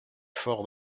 fort